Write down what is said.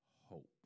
hope